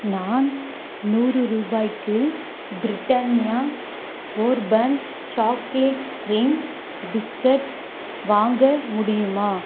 நான் நூறு ரூபாய்க்கு Britannia bourbon chocolate cream biscuits வாங்க முடியுமா